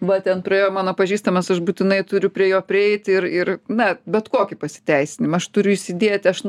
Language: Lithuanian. va ten praėjo mano pažįstamas aš būtinai turiu prie jo prieiti ir ir na bet kokį pasiteisinimą aš turiu įsidėti aš